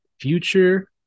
future